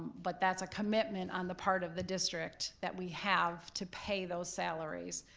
but that's a commitment on the part of the district that we have to pay those salaries,